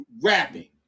rapping